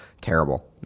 Terrible